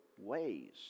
ways